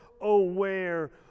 aware